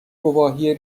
گواهی